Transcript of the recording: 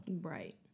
Right